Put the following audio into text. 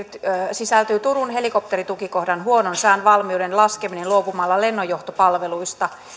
sisältyy turun helikopteritukikohdan huonon sään valmiuden laskeminen luopumalla lennonjohtopalveluista